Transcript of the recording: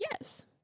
Yes